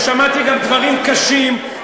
ושמעתי גם דברים קשים,